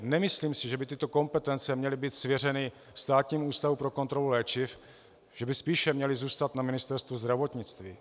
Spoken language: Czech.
Nemyslím si, že by tyto kompetence měly být svěřeny Státnímu ústavu pro kontrolu léčiv, že by spíše měly zůstat na Ministerstvu zdravotnictví.